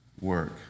work